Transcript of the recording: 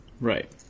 Right